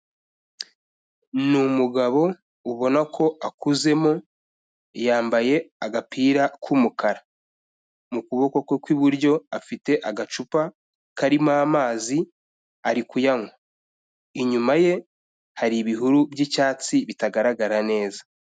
Ni umugabo ubona ko akuzemo, yambaye agapira k'umukara. Mu kuboko kwe kw'iburyo afite agacupa karimo amazi ari kuyanywa. Inyuma ye hari ibihuru by'icyatsi bitagaragara neza.